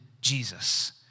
Jesus